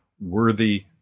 worthy